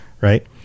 right